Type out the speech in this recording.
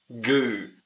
goo